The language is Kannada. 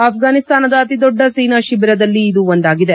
ಅಫ್ರಾನಿಸ್ತಾನದ ಅತಿದೊಡ್ಡ ಸೇನಾ ಶಿಬಿರದಲ್ಲಿ ಇದು ಒಂದಾಗಿದೆ